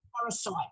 parasite